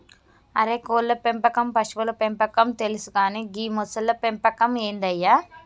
అరే కోళ్ళ పెంపకం పశువుల పెంపకం తెలుసు కానీ గీ మొసళ్ల పెంపకం ఏందయ్య